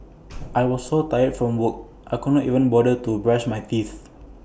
I was so tired from work I could not even bother to brush my teeth